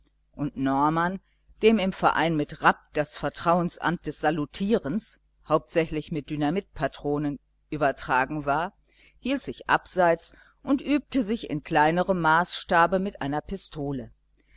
und norman dem im verein mit rapp das vertrauensamt des salutierens hauptsächlich mit dynamitpatronen übertragen war hielt sich abseits und übte sich in kleinerm maßstabe mit einer pistole